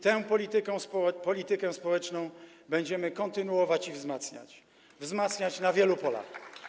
Tę politykę społeczną będziemy kontynuować i wzmacniać, wzmacniać na wielu polach.